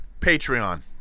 Patreon